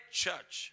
church